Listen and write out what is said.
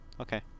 Okay